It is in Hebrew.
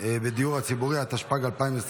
בדיור הציבורי), התשפ"ג 2023,